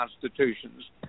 constitutions